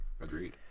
agreed